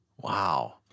Wow